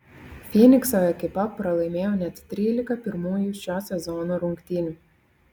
fynikso ekipa pralaimėjo net trylika pirmųjų šio sezono rungtynių